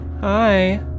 Hi